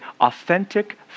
authentic